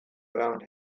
around